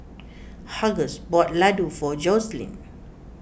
Hughes bought Ladoo for Joselin